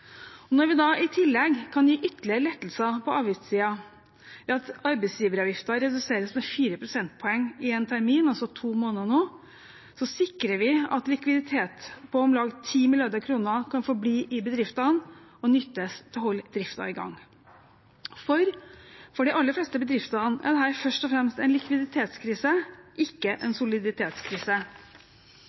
Når vi da i tillegg kan gi ytterligere lettelser på avgiftssiden ved at arbeidsgiveravgiften reduseres med 4 prosentpoeng i én termin, altså i to måneder nå, sikrer vi at en likviditet på om lag 10 mrd. kr kan forbli i bedriftene og nyttes til å holde driften i gang, for for de aller fleste bedriftene er dette først og fremst en likviditetskrise, ikke en soliditetskrise.